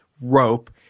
rope